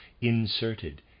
inserted